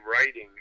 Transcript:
writing